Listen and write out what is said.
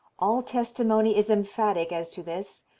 all testimony is emphatic as to this.